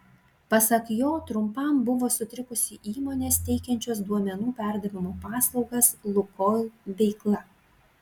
pasak jo trumpam buvo sutrikusi įmonės teikiančios duomenų perdavimo paslaugas lukoil veikla